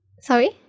Sorry